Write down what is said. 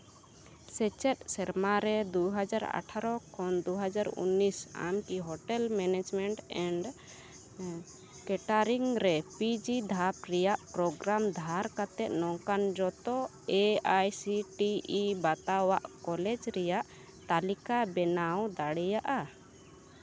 ᱥᱮᱪᱮᱫ ᱥᱮᱨᱢᱟ ᱨᱮ ᱫᱩ ᱦᱟᱡᱟᱨ ᱟᱴᱷᱟᱨᱳ ᱠᱷᱚᱱ ᱫᱩ ᱦᱟᱡᱟᱨ ᱩᱱᱤᱥ ᱟᱢᱠᱤ ᱦᱳᱴᱮᱞ ᱦᱳᱴᱮᱞ ᱢᱮᱱᱮᱡᱽᱢᱮᱱᱴ ᱠᱮᱴᱟᱨᱤᱝ ᱨᱮ ᱯᱤ ᱡᱤ ᱫᱷᱟᱯ ᱨᱮᱭᱟᱜ ᱯᱨᱳᱜᱨᱟᱢ ᱫᱷᱟᱨ ᱠᱟᱛᱮᱫ ᱱᱚᱝᱠᱟᱱ ᱡᱚᱛᱚ A I C T E ᱵᱟᱛᱟᱣᱟᱜ ᱠᱚᱞᱮᱡᱽ ᱨᱮᱭᱟᱜ ᱛᱟᱹᱞᱤᱠᱟ ᱵᱮᱱᱟᱣ ᱫᱟᱲᱮᱭᱟᱜᱼᱟ